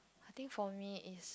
I think for me is